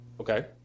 Okay